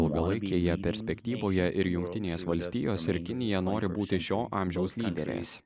ilgalaikėje perspektyvoje ir jungtinės valstijos ir kinija nori būti šio amžiaus lyderės